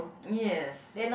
yes